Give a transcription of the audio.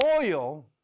oil